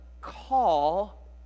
call